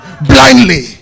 blindly